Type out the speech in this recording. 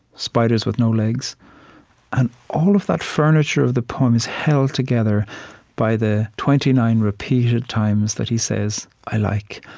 spiders with no legs and all of that furniture of the poem is held together by the twenty nine repeated times that he says, i like.